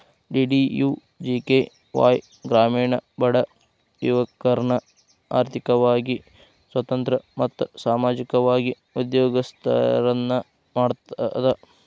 DDUGKY ಗ್ರಾಮೇಣ ಬಡ ಯುವಕರ್ನ ಆರ್ಥಿಕವಾಗಿ ಸ್ವತಂತ್ರ ಮತ್ತು ಸಾಮಾಜಿಕವಾಗಿ ಉದ್ಯೋಗಸ್ತರನ್ನ ಮಾಡ್ತದ